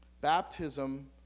baptism